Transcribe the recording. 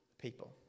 people